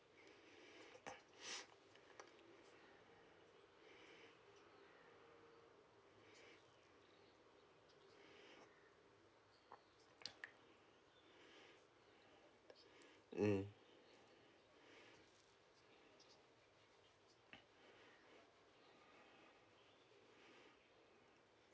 mm